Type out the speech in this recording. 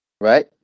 right